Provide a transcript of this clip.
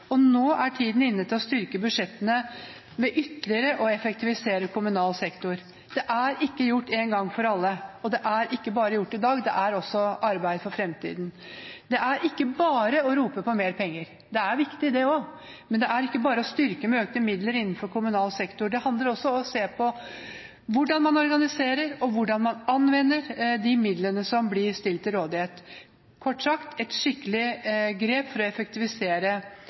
Det er ikke gjort en gang for alle, og det er ikke gjort i dag, det er også et arbeid for framtiden. Det er ikke bare å rope på mer penger, det er viktig det også, men det er ikke bare å styrke med økte midler innenfor kommunal sektor. Det handler også om å se på hvordan man organiserer og hvordan man anvender de midlene som blir stilt til rådighet. Kort sagt: et skikkelig grep for å effektivisere